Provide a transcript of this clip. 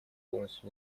полностью